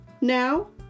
Now